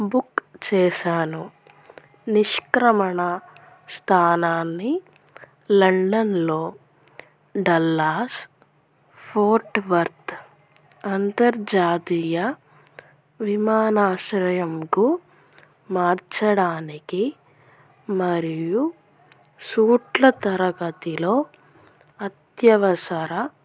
book చేశాను నిష్క్రమణ స్థానాన్ని లండన్లో డల్లాస్ ఫోర్ట్ వర్త్ అంతర్జాతీయ విమానాశ్రయానికి మార్చడానికి మరియు సూట్ల తరగతిలో అత్యవసర